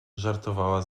żartowała